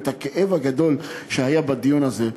את הכאב הגדול שהיה בדיון הזה.